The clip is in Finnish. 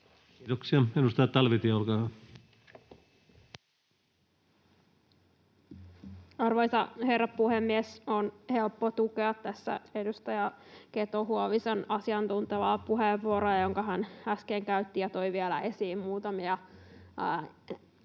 Time: 21:05 Content: Arvoisa herra puhemies! On helppo tukea tässä edustaja Keto-Huovisen asiantuntevaa puheenvuoroa, jonka hän äsken käytti ja toi vielä esiin muutamia